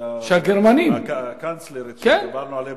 -- שהגרמנים ----- שהקנצלרית שדיברנו --- כן,